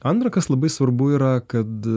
antra kas labai svarbu yra kad